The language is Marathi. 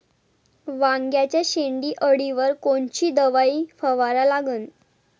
वांग्याच्या शेंडी अळीवर कोनची दवाई फवारा लागन?